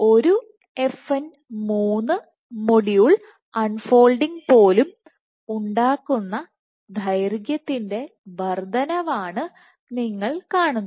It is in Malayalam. ഒരു മൊഡ്യൂൾ അൺ ഫോൾഡിങ് പോലും ഉണ്ടാക്കുന്ന ദൈർഘ്യത്തിൻറെ വർദ്ധനവ് ആണ് നിങ്ങൾ കാണുന്നത്